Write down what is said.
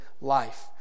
life